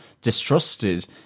distrusted